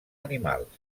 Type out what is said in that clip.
animals